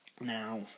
now